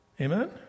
Amen